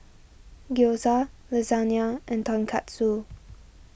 Gyoza Lasagne and Tonkatsu